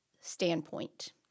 standpoint